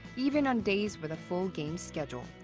even on days with a full games schedule.